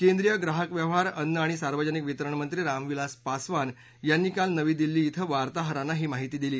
केंद्रीय ग्राहक व्यवहार अन्न आणि सार्वजनिक वितरण मंत्री रामविलास पासवान यांनी काल नवी दिल्ली क्वें वार्ताहरांना ही माहिती दिली